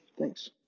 Thanks